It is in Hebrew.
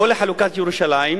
לא לחלוקת ירושלים,